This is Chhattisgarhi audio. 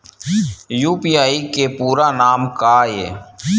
यू.पी.आई के पूरा नाम का ये?